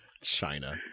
China